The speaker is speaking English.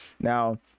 now